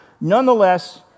nonetheless